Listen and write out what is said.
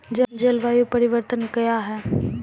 जलवायु परिवर्तन कया हैं?